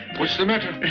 what's the matter?